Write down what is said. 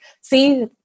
see